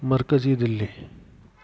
मरकज़ी दिल्ली